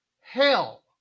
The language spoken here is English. hell